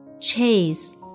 chase